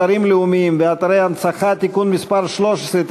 אתרים לאומיים ואתרי הנצחה (תיקון מס' 13),